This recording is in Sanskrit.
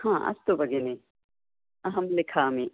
आम् अस्तु भगिनी अहम् लिखामि